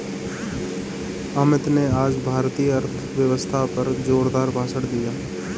अमित ने आज भारतीय अर्थव्यवस्था पर जोरदार भाषण दिया